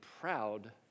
proud